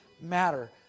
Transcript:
matter